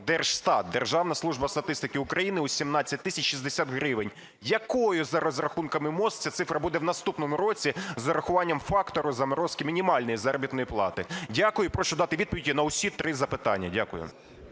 Держстат, Державна служба статистики України, у 17 тисяч 60 гривень. Якою за розрахунками МОЗ ця цифра буде в наступному році з урахуванням фактору заморозки мінімальної заробітної плати? Дякую. І прошу дати відповіді на усі три запитання. Дякую.